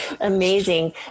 amazing